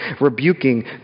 rebuking